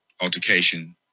altercation